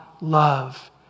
love